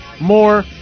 more